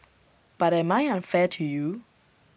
but am I unfair to you